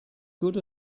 good